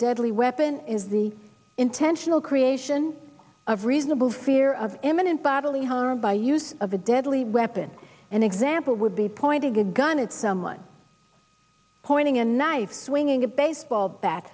deadly weapon is the intentional creation of reasonable fear of imminent bodily harm by use of a deadly weapon an example would be pointing a gun at someone pointing a knife swinging a baseball bat